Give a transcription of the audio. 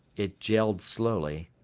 it jelled slowly,